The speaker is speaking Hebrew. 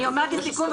אני אומר את הסיכום,